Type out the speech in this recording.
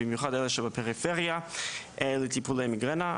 במיוחד אלה שבפריפריה לטיפולי מיגרנה.